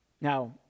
Now